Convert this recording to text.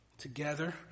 Together